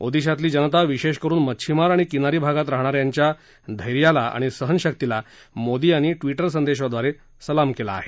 ओदिशातली जनता विशेष करून मच्छीमार आणि किनारी भागात राहणाऱ्यांच्या ध्यांच्या आणि सहनशक्तीला मोदी यांनी ट्विटर संदेशाद्वारे सलाम केला आहे